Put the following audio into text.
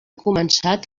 començat